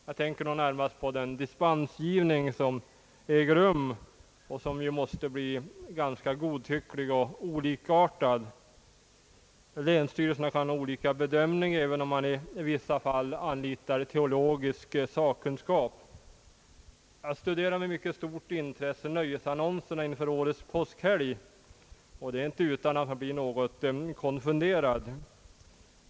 Jag tänker då närmast på den dispensgivning som äger rum och som måste bli godtycklig och olikartad. Länsstyrelserna kan bedöma olika, även om de i vissa fall anlitar teologisk sakkunskap. Jag studerade med mycket stort intresse nöjesannonserna inför årets påskhelg, och det var inte utan att jag blev något konfunderad.